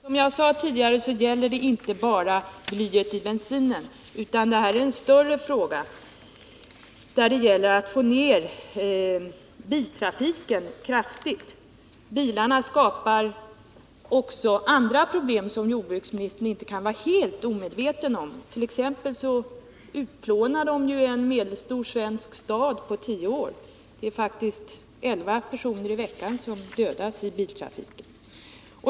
Herr talman! Som jag sade tidigare gäller det här inte bara blyet i bensinen, utan detta är en större fråga. Vad det gäller är att få ned biltrafiken kraftigt. Bilarna skapar också andra problem, som jordbruksministen inte kan vara helt omedveten om. De utplånar t.ex. en medelstor svensk stad på tio år — det är faktiskt elva personer i veckan som dödas i biltrafiken.